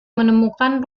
menemukan